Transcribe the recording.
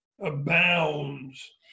abounds